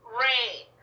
rain